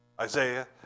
Isaiah